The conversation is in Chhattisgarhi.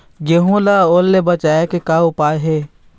गेहूं ला ओल ले बचाए के का उपाय हे?